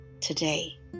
Today